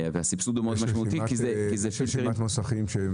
והסבסוד הוא מאוד משמעותי כי זה פילטרים --- יש רשימת מוסכים?